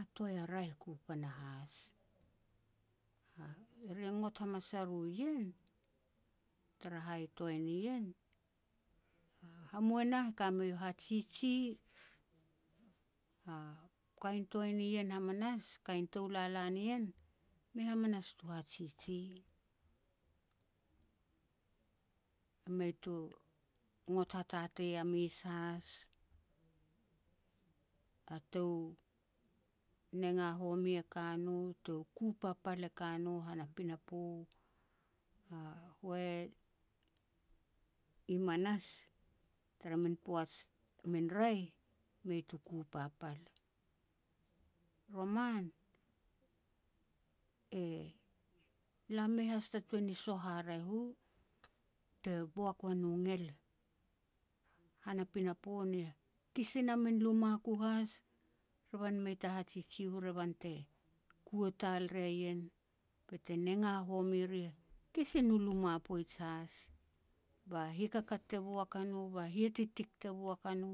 a toai a raeh ku panahas. Ri ngot hamas a ru ien tara hai toai nien, hamua nah kamei hajiji, a kain toai nien hamanas, kain tou lala nien, mei hamanas tu hajiji. Mei tu ngot hatatei a mes has, a tou nenga home e ka no tou ku papal e ka no han a pinapo. A we i manas tara min poaj a min raeh, mei tu ku papal. Roman e lam mei has ta tuan ni soh haraeh u te boak wano ngel hana pinapo ni kisin na min luma ku has. Revan mei ta hajiji u revan te kua tal ria ien, bete nenga homir ri kisin u luma poij has, ba hikakat te boak a no ba hititik te boak a no